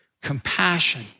compassion